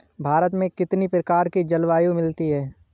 भारत में कितनी प्रकार की जलवायु मिलती है?